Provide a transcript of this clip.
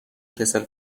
کسل